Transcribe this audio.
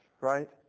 right